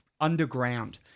underground